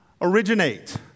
originate